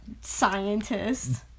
Scientist